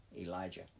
Elijah